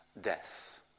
death